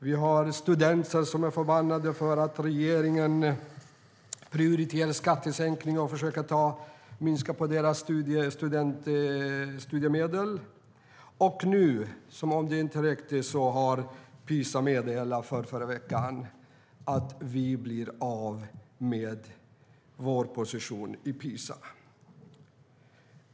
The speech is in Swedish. Vi har studenter som är förbannade för att regeringen prioriterar skattesänkningar och försöker minska deras studiemedel. Som om det inte räckte meddelade Enqa förrförra veckan att vi blir av med vår position där.